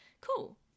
cool